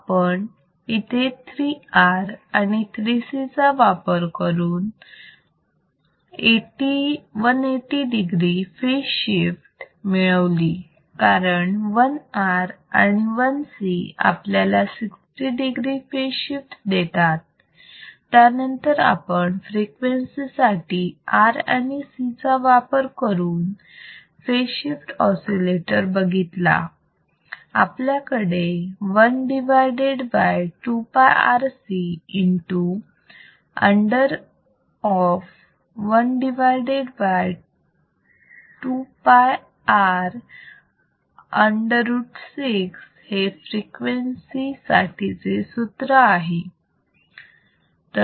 आपण इथे 3R आणि 3C चा वापर करून 180 degree फेज शिफ्ट मिळवली कारण 1R आणि 1 C आपल्याला 60 degree फेज शिफ्ट देतात त्यानंतर आपण फ्रिक्वेन्सी साठी R आणि C चा वापर करून फेज शिफ्ट ऑसिलेटर बघितला आपल्याकडे 12πRC into under of 12πR√6 हे फ्रिक्वेन्सी साठी चे सूत्र आहे